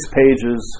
pages